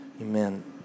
Amen